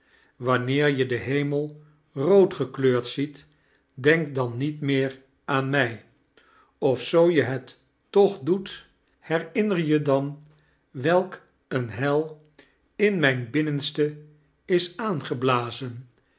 wanneer je den hemiel roodgekleurd ziet denk dan niet meer aan mij of zoo je het toch doet herinner je dan welk een hel in mijn binnenste is aangeblazen